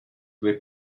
were